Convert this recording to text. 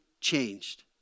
changed